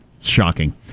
Shocking